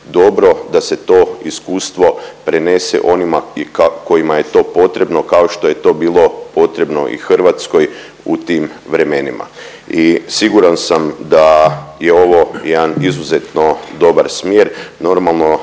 da se to iskustvo prenese onima kojima je to potrebno kao što je to bilo potrebno i Hrvatskoj u tim vremenima. I siguran sam da je ovo jedan izuzetno dobar smjer.